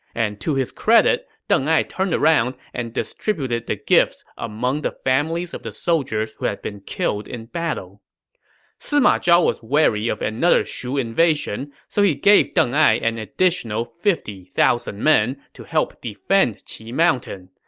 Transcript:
and to his credit, deng ai turned around and distributed the gifts among the families of the soldiers who had been killed in battle sima zhao was wary of another shu invasion, so he gave deng ai an additional fifty thousand men to help defend qi mountain.